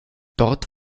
dort